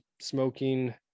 smoking